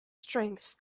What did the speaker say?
strength